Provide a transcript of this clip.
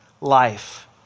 life